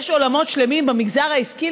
יש עולמות שלמים במגזר העסקי,